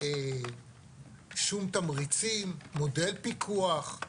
שום תמריצים, מודל פיקוח,